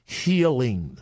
healing